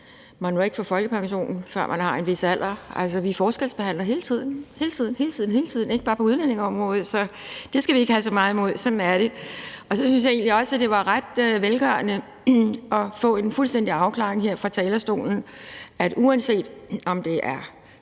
man må ikke få folkepension, før man har en vis alder. Vi forskelsbehandler hele tiden – hele tiden, hele tiden – ikke bare på udlændingeområdet, så det skal vi ikke have så meget imod. Sådan er det. Så synes jeg egentlig også, det var ret velgørende at få en fuldstændig afklaring her fra talerstolen, uanset om det er